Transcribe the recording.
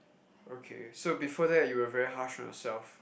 okay so before that you were very harsh on yourself